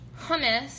hummus